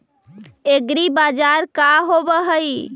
एग्रीबाजार का होव हइ?